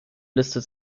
liste